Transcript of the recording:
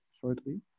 shortly